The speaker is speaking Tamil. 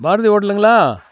பாரதி ஹோட்டலுங்களா